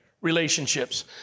relationships